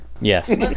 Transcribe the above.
Yes